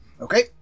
Okay